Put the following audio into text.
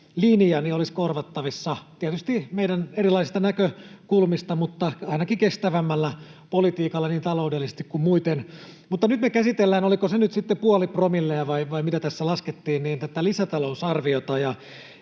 linja olisi korvattavissa, tietysti meidän erilaisista näkökulmistamme mutta ainakin kestävämmällä politiikalla niin taloudellisesti kuin muuten. Mutta nyt me käsitellään — oliko se nyt sitten puoli promillea vai mitä tässä laskettiin — tätä lisätalousarviota.